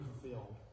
fulfilled